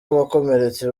abakomeretse